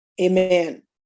amen